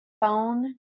phone